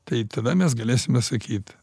tai tada mes galėsime sakyt